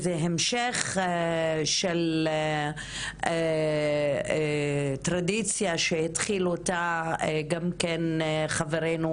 זה המשך של מסורת שהתחילו אותה חברנו,